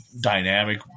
dynamic